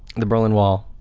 the berlin wall,